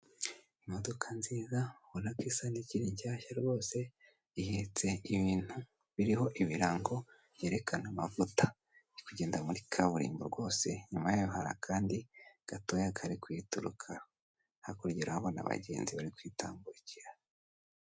Imodoka nziza ubona ko isa nkikiri nshashya rwose ihetse ibintu biriho ibirango byerekana amavuta, iri kugenda muri kaburimbo rwose inyuma yaho hari akandi gatoya kari kuyiturukaho, hakurya urahabona abagenzi bari kwitambukira.